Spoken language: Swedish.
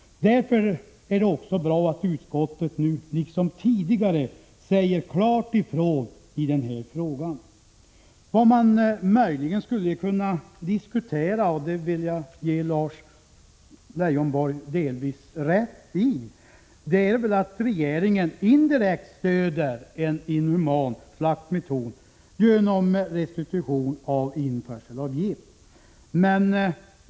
Därför är det bra att utskottet nu liksom tidigare säger klart ifrån i den här frågan. Vad man möjligen skulle kunna diskutera — det vill jag ge Lars Leijonborg delvis rätt i — är att regeringen indirekt stöder en inhuman slaktmetod genom restitution av införselavgiften.